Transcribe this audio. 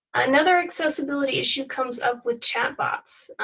another accessibility issue comes up with chat bots,